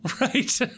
right